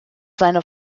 seiner